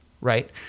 right